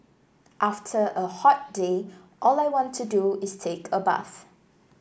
after a hot day all I want to do is take a bath